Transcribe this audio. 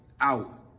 out